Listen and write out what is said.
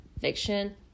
Fiction